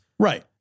Right